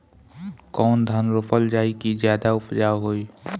कौन धान रोपल जाई कि ज्यादा उपजाव होई?